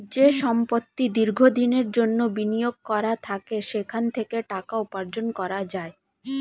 যে সম্পত্তি দীর্ঘ দিনের জন্যে বিনিয়োগ করা থাকে সেখান থেকে টাকা উপার্জন করা যায়